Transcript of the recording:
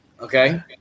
okay